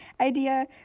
idea